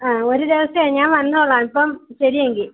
ആ ഒരു ദിവസം ഞാൻ വന്നോളാം ഇപ്പം ശരിയെങ്കിൽ